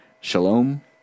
shalom